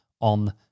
on